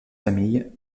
famille